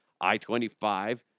I-25